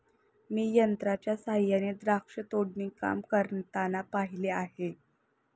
मी यंत्रांच्या सहाय्याने द्राक्ष तोडणी काम करताना पाहिले आहे